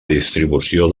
distribució